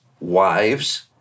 wives